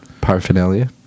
paraphernalia